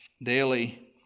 daily